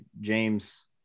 James